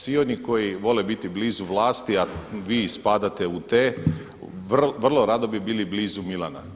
Svi oni koji vole biti blizu vlasti, a vi spadate u te, vrlo rado bi bili blizu Milana.